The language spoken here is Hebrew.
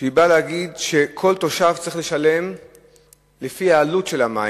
באה להגיד שכל תושב צריך לשלם לפי העלות של המים,